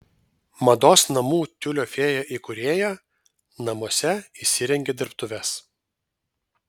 mados namų tiulio fėja įkūrėja namuose įsirengė dirbtuves